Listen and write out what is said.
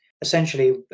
essentially